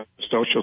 Social